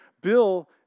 Bill